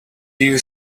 you